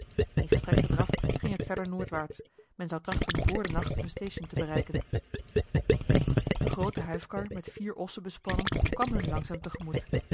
in gestrekten draf ging het verder noordwaarts men zou trachten vr den nacht een station te bereiken eene groote huifkar met vier ossen bespannen kwam hun langzaam